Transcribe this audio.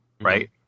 right